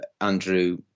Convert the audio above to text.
Andrew